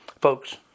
Folks